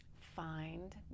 find